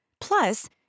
Plus